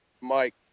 Mike